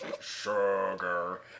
Sugar